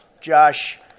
Josh